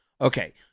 Okay